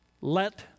let